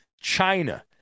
China